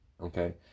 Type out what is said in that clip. Okay